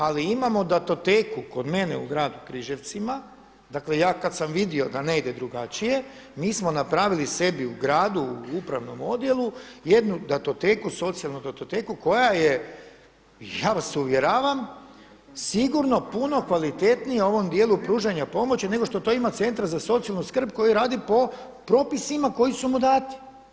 Ali imamo datoteku kod mene u gradu Križevcima, dakle ja kad sam vidio da ne ide drugačije mi smo napravili sebi u gradu u upravnom odjelu jednu datoteku, socijalnu datoteku koja je ja vas uvjeravam sigurno puno kvalitetnija u ovom dijelu pružanja pomoći nego što to ima Centar za socijalnu skrb koji radi po propisima koji su mu dati.